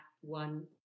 one